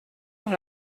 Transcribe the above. dans